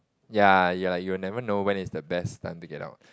ya you'll like you'll never know when is the best time to get out